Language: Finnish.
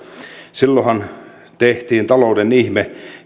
yhdeksänkymmentä luvun alussa tehtiin talouden ihme